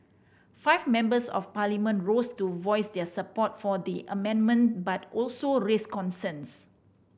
five Members of Parliament rose to voice their support for the amendment but also raised concerns